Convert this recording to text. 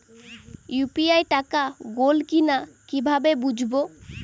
UPI টাকা গোল কিনা কিভাবে বুঝব?